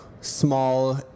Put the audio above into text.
small